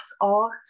art